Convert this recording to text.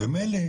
ממילא